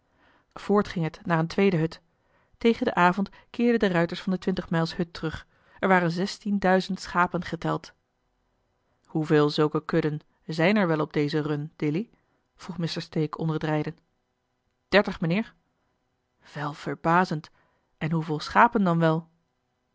voort ging het naar eene tweede hut tegen den avond keerden de ruiters van de twintigmijls hut terug er waren zestien duizend schapen geteld hoeveel zulke kudden zijn er wel op deze run dilly vroeg mr stake onder het rijden dertig mijnheer wel verbazend en hoeveel schapen dan wel